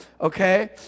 okay